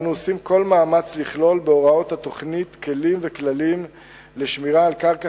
אנו עושים כל מאמץ לכלול בהוראות התוכנית כלים וכללים לשמירה על קרקע